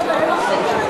שלוש דקות.